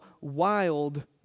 wild